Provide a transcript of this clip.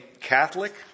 Catholic